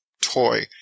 toy